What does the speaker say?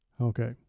Okay